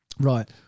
Right